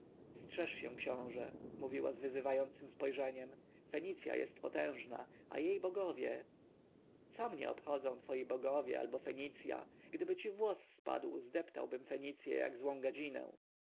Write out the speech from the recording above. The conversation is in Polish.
strzeż się książę mówiła z wyzywającem spojrzeniem fenicja jest potężna a jej bogowie co mnie obchodzą twoi bogowie albo fenicja gdyby ci włos spadł zdeptałbym fenicję jak złą gadzinę